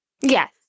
yes